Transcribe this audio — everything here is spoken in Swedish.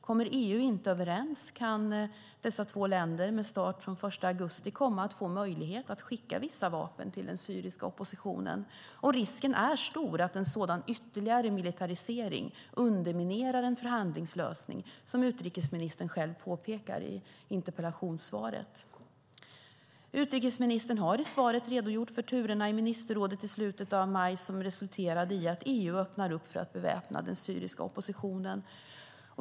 Kommer EU inte överens kan dessa två länder, med start den 1 augusti, komma att få möjlighet att skicka vissa vapen till den syriska oppositionen. Risken är stor att en sådan ytterligare militarisering underminerar en förhandlingslösning, som utrikesministern påpekar i interpellationssvaret. Utrikesministern har i svaret redogjort för turerna i ministerrådet i slutet av maj. Det resulterade i att EU öppnar upp för att beväpna den syriska oppositionen.